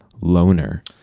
Loner